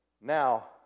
Now